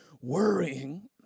worrying